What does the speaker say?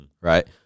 right